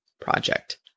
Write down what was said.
project